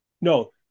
No